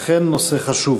אכן, נושא חשוב.